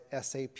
SAP